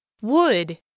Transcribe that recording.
Wood